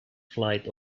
flight